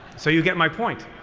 so you get my point.